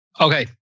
Okay